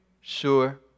sure